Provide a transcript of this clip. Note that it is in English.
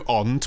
on